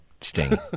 Sting